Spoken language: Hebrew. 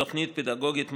בתוכנית פדגוגית מאושרת,